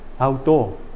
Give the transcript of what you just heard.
Auto